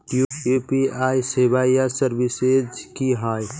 UPI सेवाएँ या services की होय?